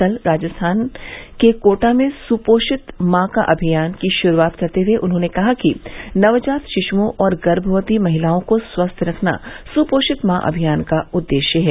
कल राजस्थान के कोटा में सुपोषित मां अभियान की शुरूआत करते हुए उन्होंने कहा कि नवजात शिशुओं और गर्भवती महिलाओं को स्वस्थ रखना सुपोषित मां अभियान का उद्देश्य है